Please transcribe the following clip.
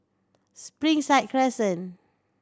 Springside Crescent